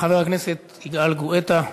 חבר הכנסת יגאל גואטה,